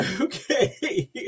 Okay